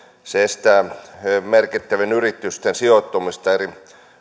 se estää merkittävien yritysten sijoittumista eri